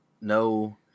no